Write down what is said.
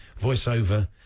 voiceover